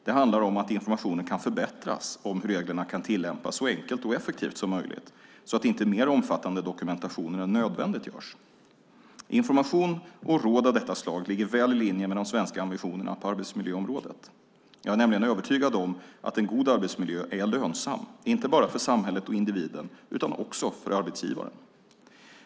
Det handlar om att informationen kan förbättras om hur reglerna kan tillämpas så enkelt och effektivt som möjligt, så att inte mer omfattande dokumentationer än nödvändigt görs. Information och råd av detta slag ligger väl i linje med de svenska ambitionerna på arbetsmiljöområdet. Jag är nämligen övertygad om att en god arbetsmiljö är lönsam, inte bara för samhället och individen utan också för arbetsgivaren.